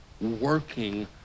working